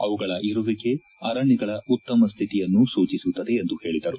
ಅವುಗಳ ಇರುವಿಕೆ ಅರಣ್ಗಗಳ ಉತ್ತಮ ಸ್ಹಿತಿಯನ್ನು ಸೂಚಿಸುತ್ತದೆ ಎಂದು ಹೇಳಿದರು